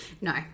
No